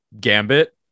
Gambit